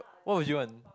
what would you want